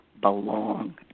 belong